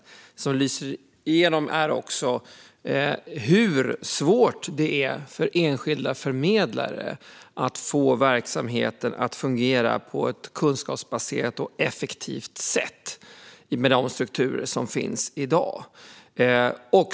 Det som också lyser igenom är hur svårt det är för enskilda förmedlare att få verksamheten att fungera på ett kunskapsbaserat och effektivt sätt med de strukturer som finns i dag.